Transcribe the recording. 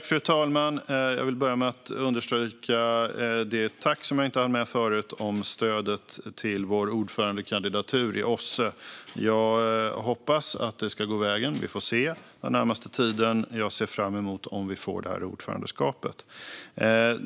Fru talman! Jag vill börja med att understryka det tack som jag inte hann med förut om stödet till vår ordförandekandidatur i OSSE. Jag hoppas att det ska gå vägen. Vi får se den närmaste tiden. Jag ser fram emot det om vi får ordförandeskapet.